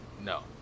No